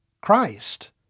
Christ